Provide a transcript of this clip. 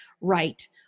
right